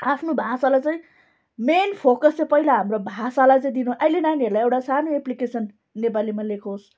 आफ्नो भाषालाई चाहिँ मेन फोकस चाहिँ पहिला हाम्रो भाषालाई चाहिँ दिनु अहिले नानीहरूलाई एउटा सानो एप्लिकेसन नेपालीमा लेखोस्